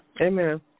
Amen